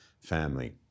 Family